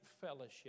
fellowship